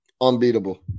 Unbeatable